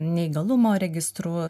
neįgalumo registru